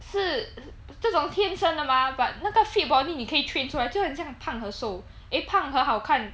是这种天生的吗 but 那个 fit body 你可以 train 出来就很像胖和瘦 eh 胖和好看